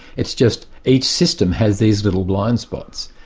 it's just each system has these little blind spots.